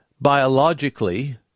biologically